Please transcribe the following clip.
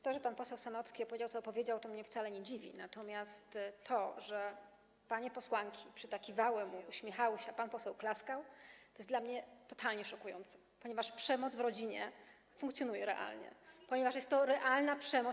To, że pan poseł Sanocki opowiedział, co opowiedział, wcale mnie nie dziwi, natomiast to, że panie posłanki przytakiwały mu, uśmiechały się, a pan poseł klaskał, jest dla mnie totalnie szokujące, ponieważ przemoc w rodzinie funkcjonuje realnie, ponieważ jest to realna przemoc.